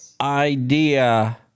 idea